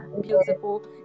beautiful